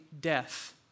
death